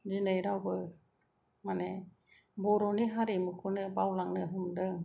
दिनै रावबो माने बर'नि हारिमुखौनो बावलांनो हमदों